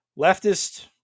leftist